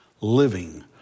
living